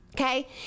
Okay